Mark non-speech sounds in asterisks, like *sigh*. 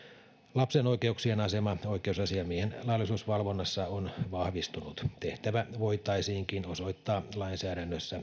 lapsen oikeuksien asema oikeusasiamiehen laillisuusvalvonnassa on vahvistunut tehtävä voitaisiinkin osoittaa lainsäädännössä *unintelligible*